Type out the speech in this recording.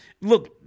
look